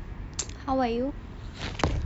how are you